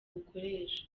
ukoresha